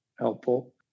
Helpful